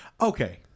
okay